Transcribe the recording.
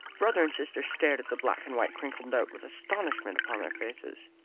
brother and sister stared at the black and white crinkled note with astonishment upon their faces.